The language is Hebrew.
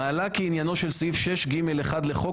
מעלה כי עניינו של סעיף 6(ג)(1) לחוק